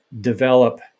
develop